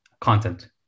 content